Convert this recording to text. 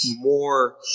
more